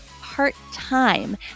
part-time